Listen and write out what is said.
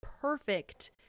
perfect